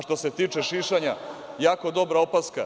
Što se tiče šišanja, jako dobra opaska